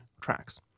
tracks